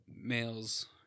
males